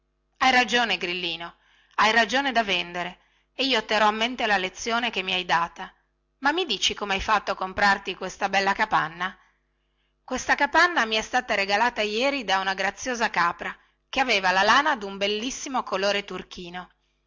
hai ragione grillino hai ragione da vendere e io terrò a mente la lezione che mi hai data ma mi dici come hai fatto a comprarti questa bella capanna questa capanna mi è stata regalata ieri da una graziosa capra che aveva la lana dun bellissimo colore turchino